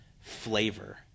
flavor